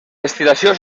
destil·lació